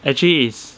actually is